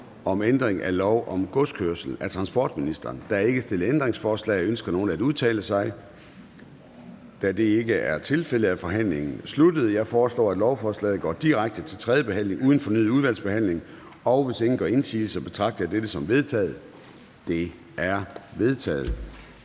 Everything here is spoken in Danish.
Forhandling Formanden (Søren Gade): Der er ikke stillet ændringsforslag. Ønsker nogen at udtale sig? Da det ikke er tilfældet, er forhandlingen sluttet. Jeg foreslår, at lovforslaget går direkte til tredje behandling uden fornyet udvalgsbehandling. Hvis ingen gør indsigelse, betragter jeg dette som vedtaget. Det er vedtaget.